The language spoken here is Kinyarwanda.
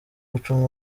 gucunga